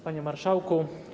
Panie Marszałku!